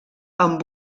amb